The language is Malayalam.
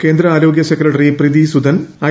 കേന്ദ്ര ആരോഗൃ സെക്രട്ടറി പ്രീതി സുതൻ ഐ